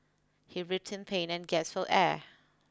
he writhed in pain and gasped for air